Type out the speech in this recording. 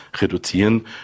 reduzieren